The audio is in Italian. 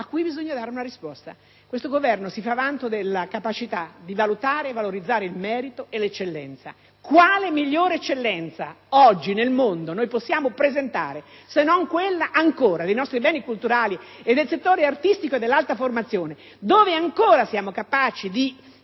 a cui bisogna dare una risposta. Questo Governo si fa vanto della capacità di valutare e valorizzare il merito e l'eccellenza. Quale migliore eccellenza oggi nel mondo possiamo presentare se non quella, ancora, dei nostri beni culturali, del settore artistico e dell'alta formazione, dove ancora siamo capaci di